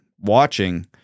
watching